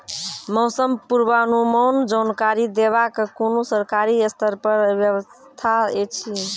मौसम पूर्वानुमान जानकरी देवाक कुनू सरकारी स्तर पर व्यवस्था ऐछि?